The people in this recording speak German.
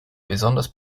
besonders